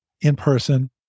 in-person